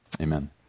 Amen